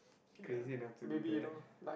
crazy enough to do that